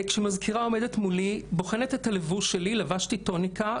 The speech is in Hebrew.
כשמזכירה עומדת מולי ובוחנת את הלבוש שלי - לבשתי טוניקה,